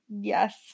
Yes